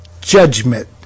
judgment